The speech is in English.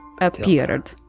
appeared